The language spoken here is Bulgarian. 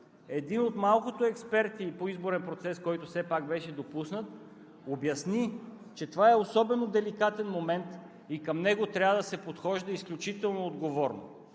един от малкото експерти по изборен процес, който все пак беше допуснат, обясни, че това е особено деликатен момент и към него трябва да се подхожда изключително отговорно.